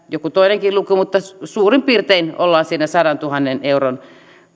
joku toinenkin luku mutta suurin piirtein ollaan siinä sadantuhannen euron